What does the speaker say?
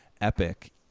epic